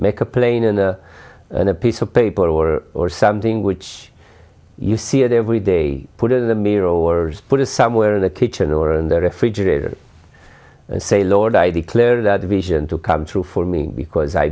make a plain and then a piece of paper or or something which you see it every day put it in the mirror or put it somewhere in the kitchen or in the refrigerator and say lord i declare that vision to come true for me because i